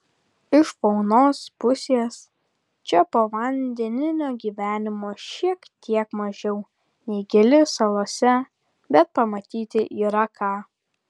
iš faunos pusės čia povandeninio gyvenimo šiek tiek mažiau nei gili salose bet pamatyti yra ką